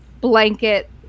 blanket